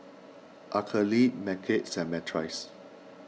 Araceli Mykel and Myrtice